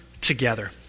Together